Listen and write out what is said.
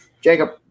Jacob